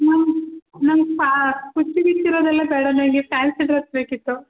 ನಂಗೆ ನಂಗೆ ಪಾ ಕುಚ್ಗಿಚ್ಚು ಇರೋದೆಲ್ಲ ಬೇಡ ನನಗೆ ಫ್ಯಾನ್ಸಿ ಡ್ರಸ್ ಬೇಕಿತ್ತು